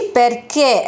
perché